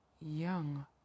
young